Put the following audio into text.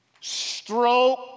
stroke